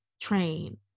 train